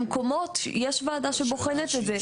במקומות, יש ועדה שבוחנת את זה.